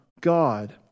God